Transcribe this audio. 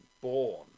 born